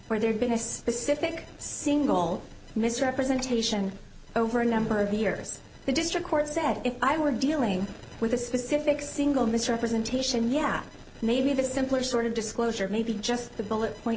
where there'd been a specific single misrepresentation over a number of years the district court said if i were dealing with a specific single misrepresentation yeah maybe it's simpler sort of disclosure maybe just the bullet point